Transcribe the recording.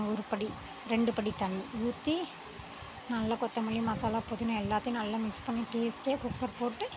ஒரு படி ரெண்டு படி தண்ணீர் ஊற்றி நல்லா கொத்தமல்லி மசாலா புதினா எல்லாத்தையும் நல்லா மிக்ஸ் பண்ணி டேஸ்ட்டியாக குக்கர் போட்டு